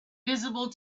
visible